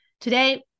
Today